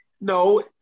no